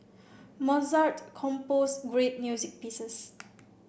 Mozart composed great music pieces